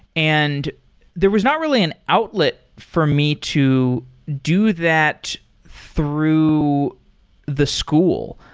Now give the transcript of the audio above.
and there was not really an outlet for me to do that through the school.